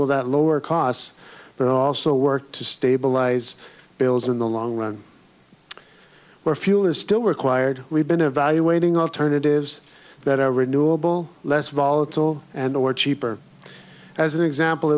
will that lower costs but also work to stabilize builds in the long run where fuel is still required we've been evaluating alternatives that are renewable less volatile and or cheaper as an example